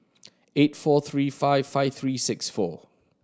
eight four three five five three six four